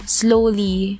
slowly